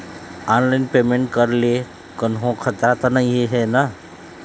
Online payment करे ले कोन्हो खतरा त नई हे न?